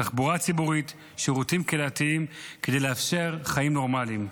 תחבורה ציבורית ושירותים קהילתיים כדי לאפשר חיים נורמליים,